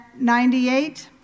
98